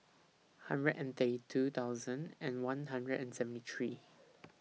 hundred and thirty two thousand and one hundred and seventy three